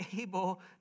able